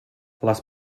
les